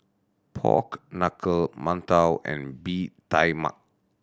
pork knuckle mantou and Bee Tai Mak